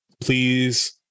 Please